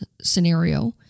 scenario